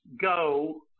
go